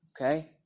Okay